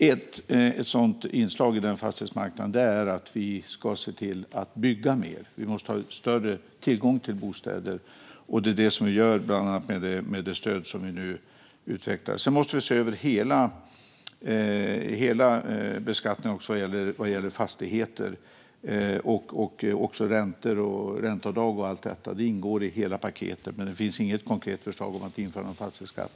Ett inslag i en sådan fastighetsmarknad är att vi ska se till att bygga mer. Vi måste ha större tillgång till bostäder. Det gör vi nu, bland annat med det stöd som vi nu utvecklar. Sedan måste vi se över hela beskattningen vad gäller fastigheter - också räntor, ränteavdrag och allt det. Det ingår i hela paketet. Det finns dock inget konkret förslag om att införa någon fastighetsskatt.